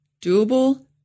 doable